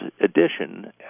edition